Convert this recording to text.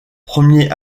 premier